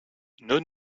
non